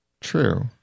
true